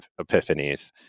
epiphanies